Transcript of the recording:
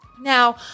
Now